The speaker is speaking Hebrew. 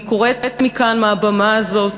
אני קוראת מכאן, מהבמה הזאת,